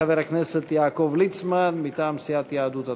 חבר הכנסת יעקב ליצמן מטעם סיעת יהדות התורה.